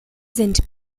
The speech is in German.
sind